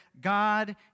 God